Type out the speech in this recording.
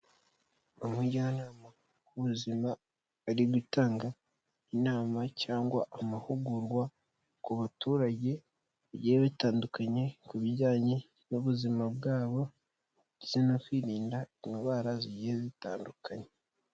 Umujyanama w'ubuzima ari gutanga inama cyangwa amahugurwa, ku baturage ba bigiye bitandukanye, ku bijyanye n'ubuzima bwabo ndetse no kwirinda indwara zigiye zitandukanye.